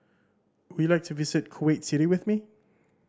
would you like to visit Kuwait City with me